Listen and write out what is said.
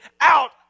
out